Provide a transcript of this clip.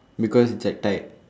because it's like tight